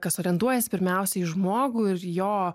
kas orientuojasi pirmiausia į žmogų ir jo